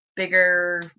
bigger